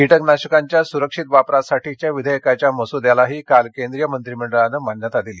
कीटकनाशकांच्या सुरक्षित वापरासाठीच्या विधेयकाच्या मसुद्याला काल केंद्रीय मंत्रीमंडळाने मान्यता दिली